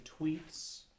tweets